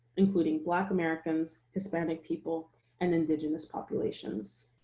including black americans, hispanic people, and indigenous populations.